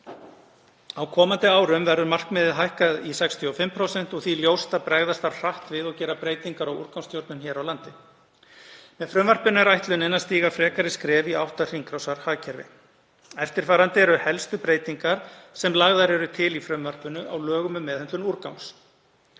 Á komandi árum verður markmiðið hækkað í 65% og því ljóst að bregðast þarf hratt við og gera breytingar á úrgangsstjórnun hér á landi. Með frumvarpinu er ætlunin að stíga frekari skref í átt að hringrásarhagkerfi. Eftirfarandi eru helstu breytingar sem lagðar eru til í frumvarpinu á lögum um meðhöndlun úrgangs: